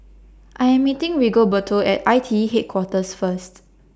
I Am meeting Rigoberto At I T E Headquarters First